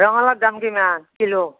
ৰঙালাওৰ দাম কিমান কিলোৰ